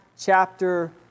chapter